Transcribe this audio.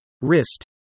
wrist